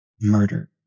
murder